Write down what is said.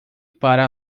para